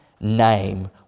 name